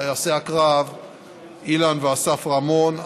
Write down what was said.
טייסי הקרב אילן ואסף רמון,